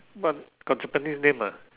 but got Japanese name ah